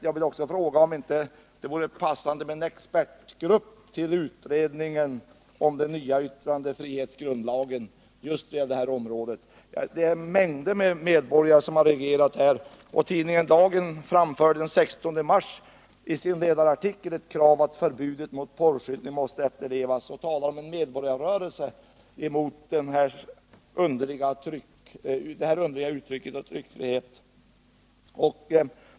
Jag vill också fråga om inte justitieministern anser att det vore passande att tillsätta en expertgrupp för just den här frågan till den utredning som har till uppgift att utreda frågan om en ny yttrandefrihetsgrundlag. Mängder av medborgare har reagerat. Tidningen Dagen framförde den 16 mars i sin ledarartikel ett krav på att förbudet mot porrskyltning måste efterlevas, och man talar där om en medborgarrörelse emot detta underliga sätt på vilket tryckfriheten kommit till uttryck.